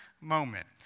moment